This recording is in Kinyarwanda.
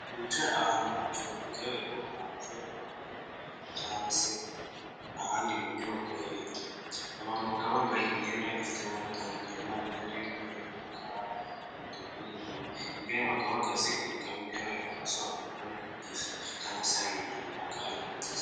Wica ahantu mu cyumba, bigaragara ko ahantu zari kwa muganga cyangwa se ahandi mu nyubako ya leta. aba abantu bakaba bambaye imyenda ifite amabara atandukanyemo imyenda y'umweru , umukara ,umutuku n'ubururu . Imbere yaho bakaba bahagaze umugabo bigaragara ko ashobora kuba ari kubigisha cyangwa se hari indi mpamyabunenyi runaka ari kubagezaho.